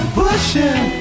pushing